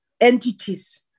entities